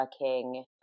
working